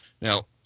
Now